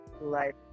life